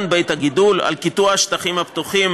בית הגידול ושל קיטוע השטחים הפתוחים,